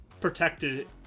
protected